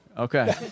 Okay